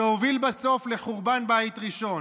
שהובילה בסוף לחורבן בית ראשון.